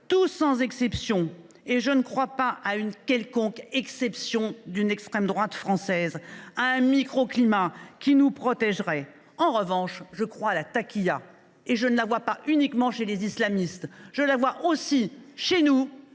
Tous, sans exception ! Je ne crois pas à une quelconque exception de l’extrême droite française, à l’idée d’un microclimat qui nous protégerait. En revanche, je crois à la, et je ne la vois pas uniquement chez les islamistes ! Je la vois aussi chez nous,